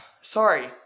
Sorry